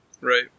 Right